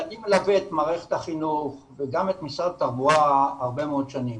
אני מלווה את מערכת החינוך וגם את משרד התחבורה הרבה מאוד שנים